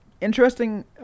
Interesting